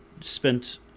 spent